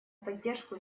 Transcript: поддержку